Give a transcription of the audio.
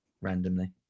randomly